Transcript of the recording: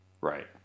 Right